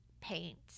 paint